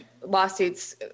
lawsuits